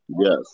Yes